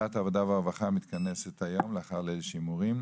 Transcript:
ועדת העבודה והרווחה מתכנסת היום בנושא: